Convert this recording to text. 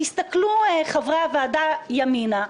תסתכלו חברי הוועדה ימינה,